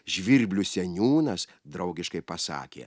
žvirblių seniūnas draugiškai pasakė